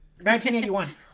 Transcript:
1981